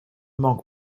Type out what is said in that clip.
manque